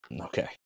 Okay